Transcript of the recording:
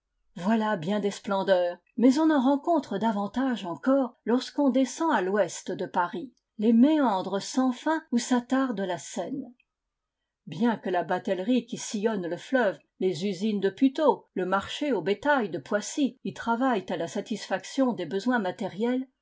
voilà bien des splendeurs mais on en rencontre davantage encore lorsqu'on descend à l'ouest de paris les méandres sans fin où s'attarde la seine bien que la batellerie qui sillonne le fleuve les usines de puteaux le marché au bétail de poissy y travaillent à la satisfaction des besoins matériels